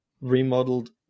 remodeled